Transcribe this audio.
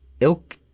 Ilk